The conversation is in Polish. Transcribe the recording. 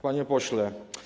Panie Pośle!